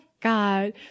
God